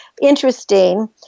interesting